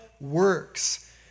works